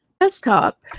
desktop